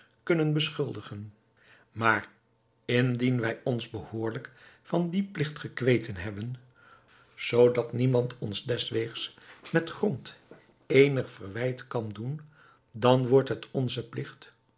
kunnen beschuldigen maar indien wij ons behoorlijk van dien pligt gekweten hebben zoo dat niemand ons deswegens met grond eenig verwijt kan doen dan wordt het onze pligt